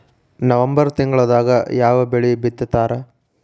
November ತಿಂಗಳದಾಗ ಯಾವ ಬೆಳಿ ಬಿತ್ತತಾರ?